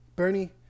Bernie